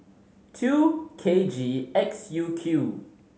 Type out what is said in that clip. two K G X U Q